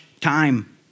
time